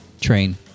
train